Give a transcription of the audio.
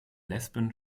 lesben